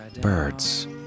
birds